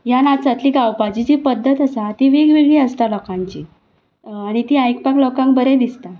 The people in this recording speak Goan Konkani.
ह्या नाचांतली गावपाची जी पद्दत आसा ती वेग वेगळी आसता लोकांची आनी ती आयकपाक लोकांक बरें दिसता